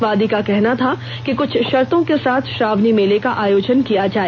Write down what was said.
वादी का कहना था कि कुछ शर्तौं के साथ श्रावणी मेले का आयोजन किया जाए